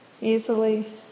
easily